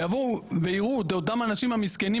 שיבואו ויראו את אותם אנשים המסכנים